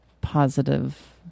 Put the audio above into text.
positive